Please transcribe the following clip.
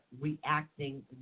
reacting